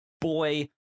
boy